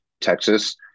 Texas